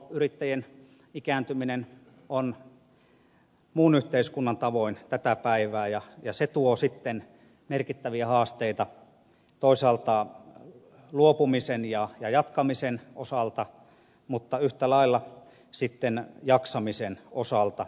nimittäin porotalousyrittäjien ikääntyminen on muun yhteiskunnan tavoin tätä päivää ja se tuo sitten merkittäviä haasteita toisaalta luopumisen ja jatkamisen osalta mutta yhtä lailla jaksamisen osalta